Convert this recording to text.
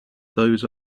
those